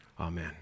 amen